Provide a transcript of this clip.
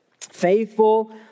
Faithful